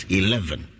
eleven